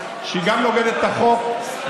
אבל דיבר רון חולדאי,